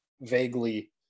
vaguely